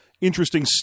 interesting